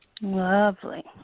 Lovely